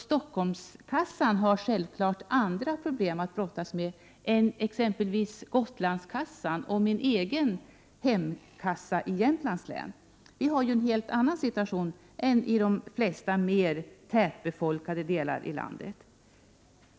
Stockholmskassan har självfallet andra problem att brottas med än exempelvis Gotlandskassan. Och min egen hemkassa i Jämtlands län har en annan situation än kassorna i de flesta mer tättbefolkade delarna i vårt land.